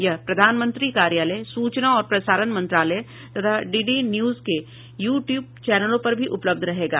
यह प्रधानमंत्री कार्यालय सूचना और प्रसारण मंत्रालय तथा डीडी न्यूज के यू ट्यूब चैनलों पर भी उपलब्ध रहेगा